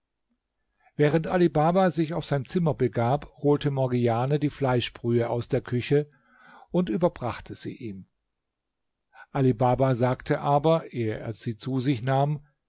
während ali baba sich auf sein zimmer begab holte morgiane die fleischbrühe aus der küche und überbrachte sie ihm ali baba sagte aber ehe er sie zu sich nahm